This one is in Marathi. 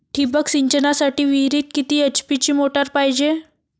ठिबक सिंचनासाठी विहिरीत किती एच.पी ची मोटार पायजे?